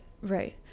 right